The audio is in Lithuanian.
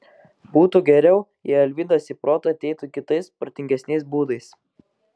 būtų geriau jei alvydas į protą ateitų kitais protingesniais būdais